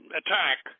attack